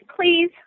please